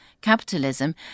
Capitalism